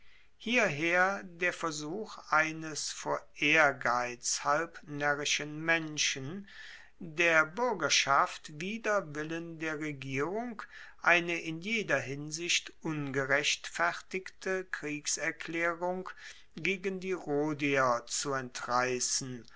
hierher der versuch eines vor ehrgeiz halb naerrischen menschen der buergerschaft wider willen der regierung eine in jeder hinsicht ungerechtfertigte kriegserklaerung gegen die rhodier zu entreissen